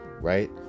right